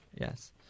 Yes